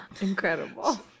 Incredible